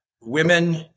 women